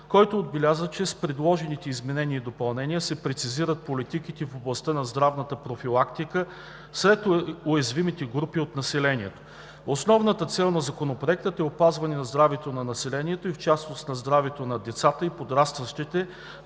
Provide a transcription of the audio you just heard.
който отбеляза, че с предложените изменения и допълнения се прецизират политиките в областта на здравната профилактика сред уязвими групи от населението. Основната цел на Законопроекта е опазване здравето на населението и в частност здравето на децата и подрастващите